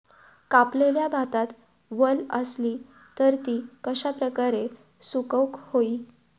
कापलेल्या भातात वल आसली तर ती कश्या प्रकारे सुकौक होई?